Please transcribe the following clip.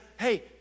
Hey